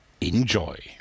Enjoy